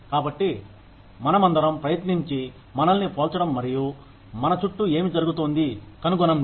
కాబట్టి మనమందరం ప్రయత్నించి మనల్ని పోల్చండి మరియు మన చుట్టూ ఏమి జరుగుతోంది కనుగొనండి